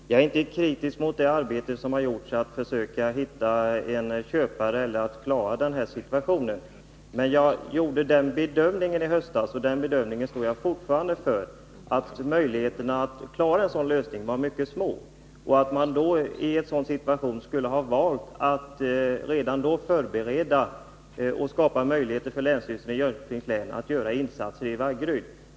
Fru talman! Jag är inte kritisk mot det arbete som har gjorts för att försöka hitta en köpare och klara den här situationen. Men jag gjorde i höstas den bedömningen, och den står jag fortfarande för, att möjligheterna att finna en lösning var mycket små och att man redan då skulle ha börjat förbereda och skapa möjligheter för länsstyrelsen i Jönköpings län att göra insatser i Vaggeryd.